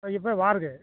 ஆ எப்போ வாருங்க